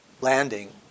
landing